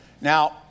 Now